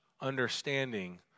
understanding